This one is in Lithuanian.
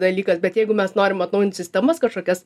dalykas bet jeigu mes norim atnaujint sistemas kažkokias